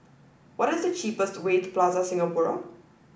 what is the cheapest way to Plaza Singapura